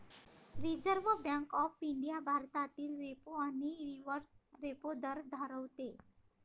reserve Bank of India भारतातील repo आणि reverse repo दर ठरवते